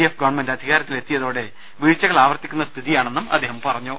F government അധികാരത്തിലെത്തിയതോടെ വീഴ്ചകൾ ആവർത്തിക്കുന്ന സ്ഥിതിയാണെന്നും അദ്ദേഹം പറഞ്ഞു